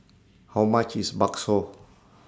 How much IS Bakso